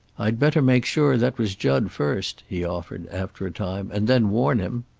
i'd better make sure that was jud first, he offered, after a time, and then warn him.